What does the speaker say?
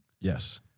Yes